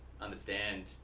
understand